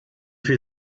viel